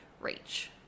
reach